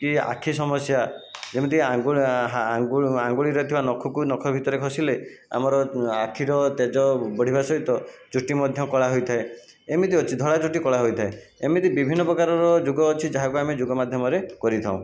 କି ଆଖି ସମସ୍ୟା ଯେମିତି ଆଙ୍ଗୁଳି ଆଙ୍ଗୁଳିରେ ଥିବା ନଖକୁ ନଖ ଭତରେ ଘଷିଲେ ଆମର ଆଖିର ତେଜ ବଢ଼ିବା ସହିତ ଚୁଟି ମଧ୍ୟ କଳା ହୋଇଥାଏ ଏମିତି ଅଛି ଧଳା ଚୁଟି କଳା ହୋଇଥାଏ ଏମିତି ବିଭିନ୍ନ ପ୍ରକାରର ଯୋଗ ଅଛି ଯାହାକୁ ଆମେ ଯୋଗ ମାଧ୍ୟମରେ କରିଥାଉ